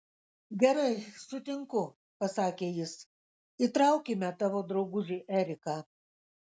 gerai sutinku pasakė jis įtraukime tavo draugužį eriką